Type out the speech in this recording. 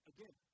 Again